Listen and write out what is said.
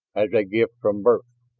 as a gift from birth.